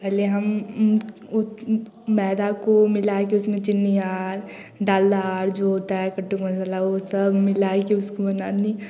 पहले हम मैदा को मिलाकर उसमें चीनी या डालडा या जो होता है कटु मसाला वह सब मिलाए के उसमें बनानी